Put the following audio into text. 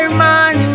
man